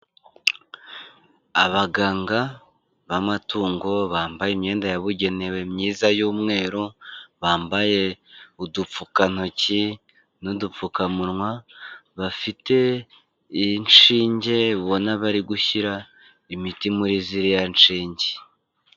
Abaganga b'amatungo bambaye imyenda yabugenewe myiza y'umweru, bambaye udupfukantoki n'udupfukamunwa bafite inshinge ubona bari gushyira imiti muri ziriya nshinge.